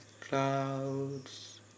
clouds